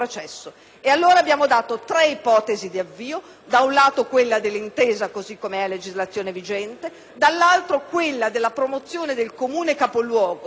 E allora, abbiamo proposto tre ipotesi di avvio: da un lato, quella dell'intesa, così com'è a legislazione vigente; dall'altro, quella della promozione del Comune capoluogo,